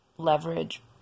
leverage